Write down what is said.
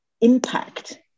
impact